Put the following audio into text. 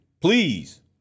Please